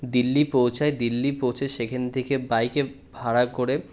দিল্লি পৌঁছাই দিল্লি পৌঁছে সেখান থেকে বাইকে ভাড়া করে